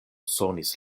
sonis